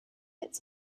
its